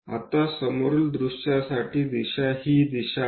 आता समोरील दृश्यासाठी दिशा ही दिशा आहे